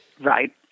Right